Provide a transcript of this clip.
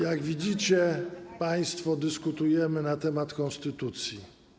Jak widzicie państwo, dyskutujemy na temat konstytucji.